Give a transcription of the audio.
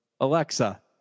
Alexa